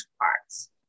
parts